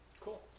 Cool